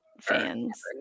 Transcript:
fans